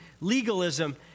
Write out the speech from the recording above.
legalism